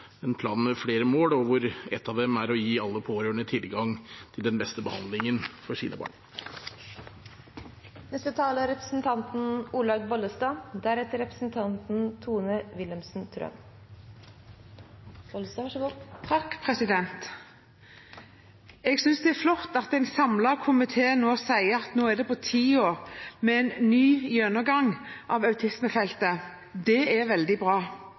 helhetlig plan, en plan med flere mål, og hvor et av dem er å gi alle pårørende tilgang til den beste behandlingen for sine barn. Jeg synes det er flott at en samlet komité nå sier at det er på tide med en ny gjennomgang av autismefeltet. Det er veldig bra.